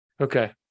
Okay